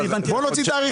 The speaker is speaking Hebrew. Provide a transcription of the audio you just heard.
בוא נוציא תאריכים.